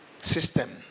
system